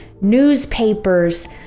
Newspapers